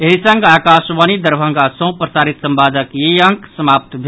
एहि संग आकाशवाणी दरभंगा सँ प्रसारित संवादक ई अंक समाप्त भेल